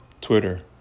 Twitter